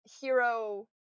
hero